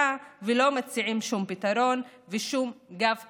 ולא מציעים שום פתרון ושום גב כלכלי.